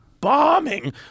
bombing